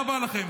תודה רבה לכם.